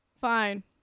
Fine